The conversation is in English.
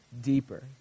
deeper